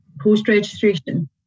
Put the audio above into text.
post-registration